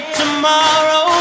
tomorrow